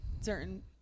certain